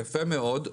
יפה מאוד,